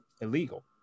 illegal